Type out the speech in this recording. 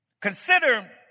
Consider